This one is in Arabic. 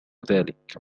ذلك